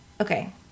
okay